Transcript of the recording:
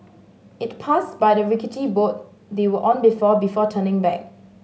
it passed by the rickety boat they were on before before turning back